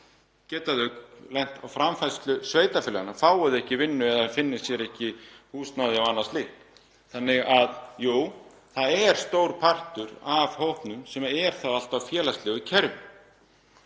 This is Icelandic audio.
geta þau lent á framfærslu sveitarfélaganna fái þau ekki vinnu eða finni sér ekki húsnæði og annað slíkt. Þannig að jú, stór partur af hópnum er þá alltaf í félagslegu kerfi.